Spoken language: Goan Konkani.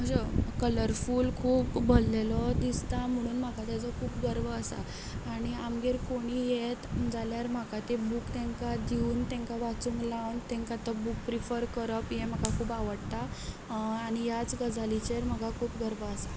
असो कलरफूल खूब भलेल्लो दिसता म्हणून म्हाका ताजो खूब गर्व आसा आणी आमगेर कोणीय येयत जाल्यार म्हाका त्यो बूक तांकां दिवन तांकां वाचूंक लावन तांकां तो बूक रिफर करप हें म्हाका खूब आवडटा आनी ह्याच गजालीचेर म्हाका खूब गर्व आसा